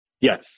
Yes